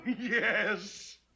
Yes